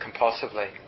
compulsively